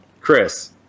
Chris